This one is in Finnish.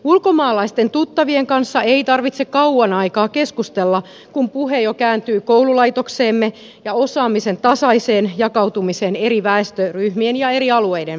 ulkomaalaisten tuttavien kanssa ei tarvitse kauan aikaa keskustella kun puhe jo kääntyy koululaitokseemme ja osaamisen tasaiseen jakautumiseen eri väestöryhmien ja eri alueiden välillä